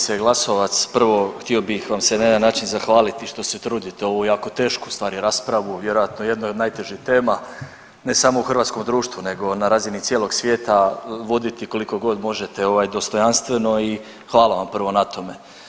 Kolegice Glasovac, prvo htio bih vam se na jedan način zahvaliti što se trudite ovu jako tešku u stvari raspravu, vjerojatno o jednoj od najtežih tema ne samo u hrvatskom društvu nego na razini cijelog svijeta voditi koliko god možete ovaj dostojanstveno i hvala vam prvo na tome.